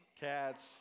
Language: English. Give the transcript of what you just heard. Cats